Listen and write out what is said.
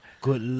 Good